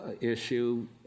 issue